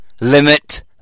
limit